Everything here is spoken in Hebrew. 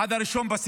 עד 1 בספטמבר.